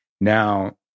now